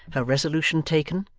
her resolution taken,